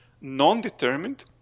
non-determined